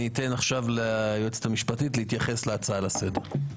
אני אתן עכשיו ליועצת המשפטית להתייחס להצעה לסדר.